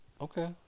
Okay